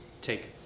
take